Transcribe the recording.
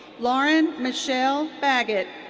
lauren michelle baggett.